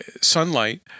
sunlight